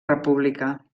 república